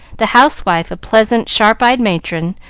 the housewife a pleasant, sharp-eyed matron,